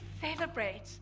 celebrate